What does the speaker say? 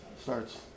starts